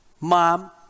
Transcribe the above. mom